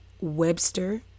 Webster